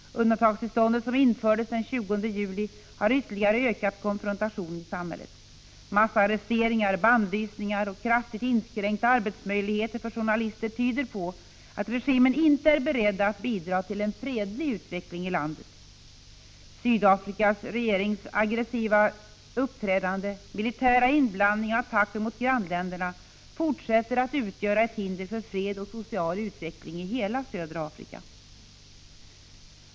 Undantagstillståndet, som infördes den 20 juli, har ytterligare ökat konfrontationen i samhället. Massarresteringar, bannlysningar och kraftigt inskränkta arbetsmöjligheter för journalister tyder på att regimen inte är beredd att bidra till en fredlig utveckling i landet. Den sydafrikanska regeringens aggressiva uppträdande, militära inblandning i och attacker mot grannländerna fortsätter att utgöra ett hinder för fred och social utveckling i hela södra Afrika.